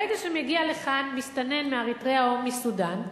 ברגע שמגיע לכאן מסתנן מאריתריאה או מסודן,